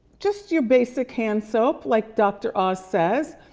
just your basic hand soap, like dr. oz says.